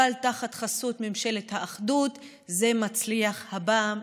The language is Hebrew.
אבל תחת חסות ממשלת האחדות זה מצליח הפעם,